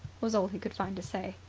was all he could find to say.